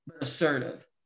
assertive